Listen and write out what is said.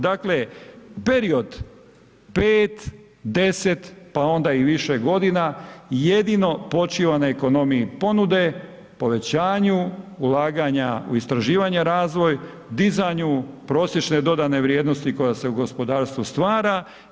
Dakle, period 5, 10, pa onda i više godina jedino počiva na ekonomiji ponude, povećanju ulaganja u istraživanje, razvoj, dizanju prosječne dodane vrijednosti koja se u gospodarstvu stvara.